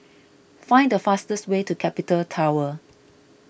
find the fastest way to Capital Tower